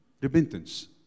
repentance